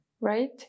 right